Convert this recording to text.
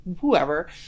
whoever